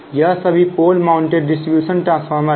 यह सभी pole mounted distribution transformer है